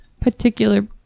particular